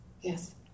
yes